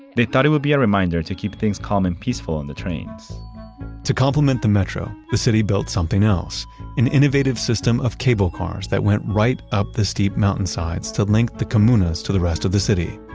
they thought it would be a reminder to keep things calm and peaceful on the trains to complement the metro, the city built something else an innovative system of cable cars that went right up the steep mountainsides to link the comunas to the rest of the city.